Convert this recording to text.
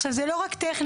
עכשיו זה לא רק טכני,